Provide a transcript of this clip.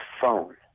phone